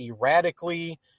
erratically